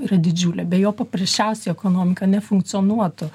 yra didžiulė be jo paprasčiausiai ekonomika nefunkcionuotų